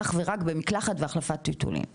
אך ורק במקלחת והחלפת טיטולים,